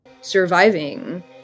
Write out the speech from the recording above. surviving